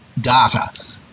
data